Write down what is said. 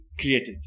created